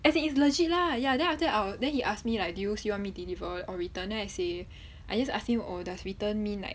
as in it's legit lah ya then after that I'll then he ask me like do you still want me deliver or return then I say I just ask him oh does return mean like